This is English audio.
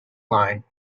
line